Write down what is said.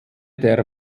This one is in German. der